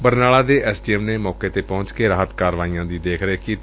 ਬਰਨਾਲਾ ਦੇ S D M ਨੇ ਮੌਕੇ ਤੇ ਪਹੁੰਚ ਕੇ ਰਾਹਤ ਕਾਰਵਾਈਆਂ ਦੀ ਦੇਖ ਰੇਖ ਕੀਤੀ